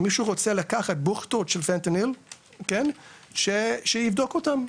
אם מישהו רוצה לקחת בוכטות של פנטניל שיבדוק אותם,